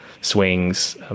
swings